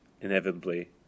inevitably